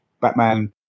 Batman